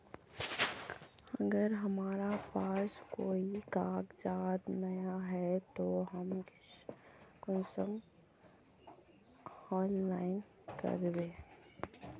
अगर हमरा पास कोई कागजात नय है तब हम कुंसम ऑनलाइन करबे?